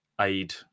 aid